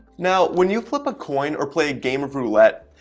now when you flip a coin or play a game of roulette,